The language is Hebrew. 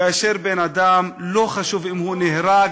כאשר בן-אדם, לא חשוב אם הוא נהרג